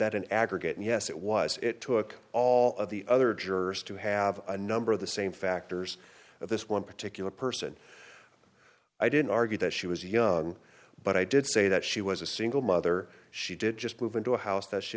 that an aggregate yes it was it took all of the other jurors to have a number of the same factors but this one particular person i didn't argue that she was young but i did say that she was a single mother she did just move into a house that she